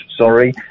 sorry